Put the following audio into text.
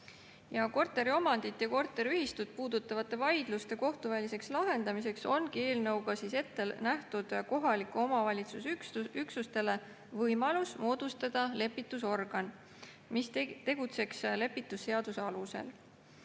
Korteriomandit ja korteriühistut puudutavate vaidluste kohtuväliseks lahendamiseks ongi eelnõuga ette nähtud kohaliku omavalitsuse üksustele võimalus moodustada lepitusorgan, mis tegutseks lepitusseaduse alusel.